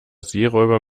seeräuber